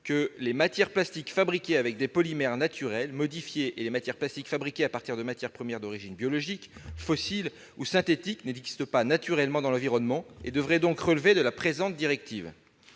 :« Les matières plastiques fabriquées avec des polymères naturels modifiés et les matières plastiques fabriquées à partir de matières premières d'origine biologique, fossiles ou synthétiques n'existent pas naturellement dans l'environnement et devraient donc relever de la présente directive.